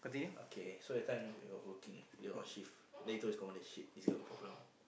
okay so that time they were working they on shift then he tell his commander shit this girl got problem